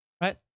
right